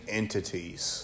entities